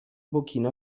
burkina